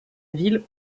ville